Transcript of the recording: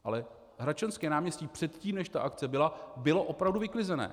Ale Hradčanské náměstí předtím, než ta akce byla, bylo opravdu vyklizené.